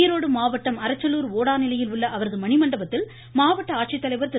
ஈரோடு மாவட்டம் அரச்சலூர் ஓடாநிலையில் உள்ள அவரது மணிமண்டபத்தில் ஆட்சித்தலைவர் திரு